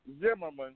Zimmerman